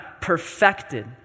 perfected